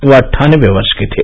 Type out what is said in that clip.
वह अट्ठानवे वर्ष के थे